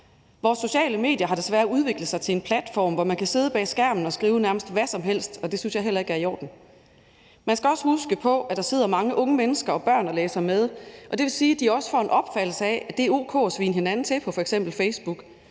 Vores sociale medier har desværre udviklet sig til platforme, hvor man kan sidde bag skærmen og skrive nærmest hvad som helst, og det synes jeg heller ikke er i orden. Man skal også huske på, at der sidder mange unge mennesker og børn og læser med, og det vil sige, at de også får en opfattelse af, at det er o.k. at svine hinanden til på f.eks. Facebook,